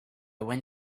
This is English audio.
went